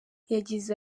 yagize